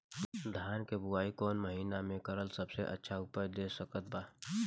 धान के बुआई कौन महीना मे करल सबसे अच्छा उपज दे सकत बा?